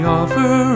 offer